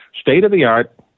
state-of-the-art